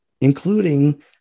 including